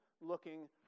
looking